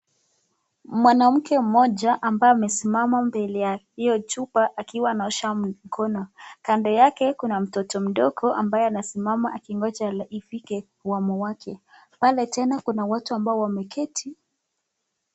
Mwanamke mmoja ambaye amesimama mbele ya hiyo chupa akiwa anaosha mkono, kando yake kuna mtoto mdogo ambaye anasimama akingoja ifike wamu wake ,tena kuna watu ambao wameketi.